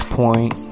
point